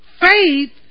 faith